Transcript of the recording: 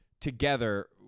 Together